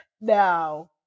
Now